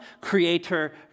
creator